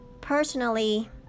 personally